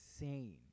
insane